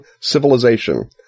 Civilization